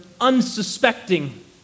unsuspecting